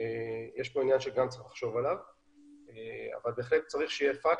זה עניין שצריך לחשוב עליו אבל בהחלט צריך שיהיה פקס,